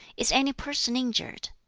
is any person injured?